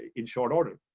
in short order.